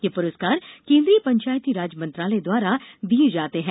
ये पुरस्कार केन्द्रीय पंचायती राज मंत्रालय द्वारा दिये जाते हैं